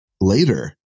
later